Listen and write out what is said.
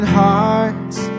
hearts